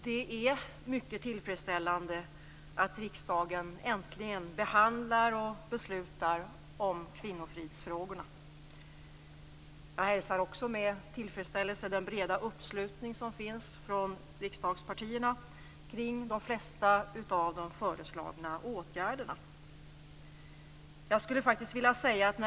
Det är mycket tillfredsställande att riksdagen äntligen behandlar och beslutar om kvinnofridsfrågorna. Jag hälsar också med tillfredsställelse den breda uppslutning som finns från riksdagspartierna kring de flesta av de föreslagna åtgärderna.